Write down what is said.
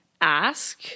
ask